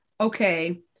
okay